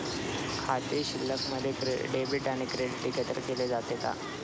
खाते शिल्लकमध्ये डेबिट आणि क्रेडिट एकत्रित केले जातात का?